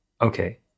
okay